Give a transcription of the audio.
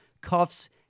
cuffs